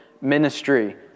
ministry